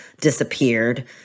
disappeared